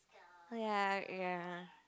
oh ya ya